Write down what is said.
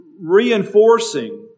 Reinforcing